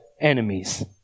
enemies